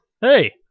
Hey